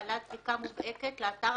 בעלת זיקה מובהקת לאתר,